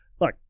look